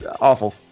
awful